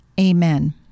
amen